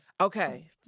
Okay